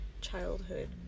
childhood